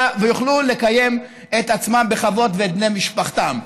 ויוכלו לקיים את עצמם ואת בני משפחתם בכבוד.